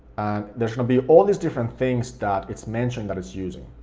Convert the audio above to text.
and there's gonna be all these different things that it's mentioned that it's using.